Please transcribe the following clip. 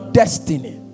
destiny